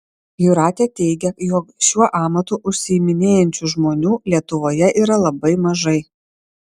jūratė teigia jog šiuo amatu užsiiminėjančių žmonių lietuvoje yra labai mažai